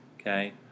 Okay